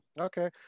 Okay